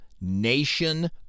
nation